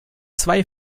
zwei